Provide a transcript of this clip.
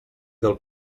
del